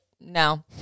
No